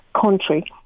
country